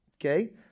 Okay